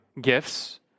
gifts